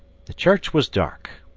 the church was dark.